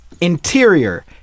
Interior